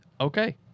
okay